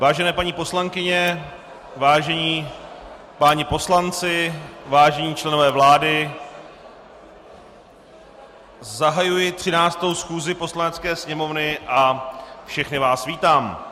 Vážené paní poslankyně, vážení páni poslanci, vážení členové vlády, zahajuji 13. schůzi Poslanecké sněmovny a všechny vás vítám.